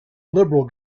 liberal